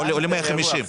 200 זה אירוע אחר.